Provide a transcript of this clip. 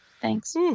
thanks